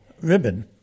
ribbon